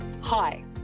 Hi